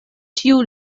ĉiu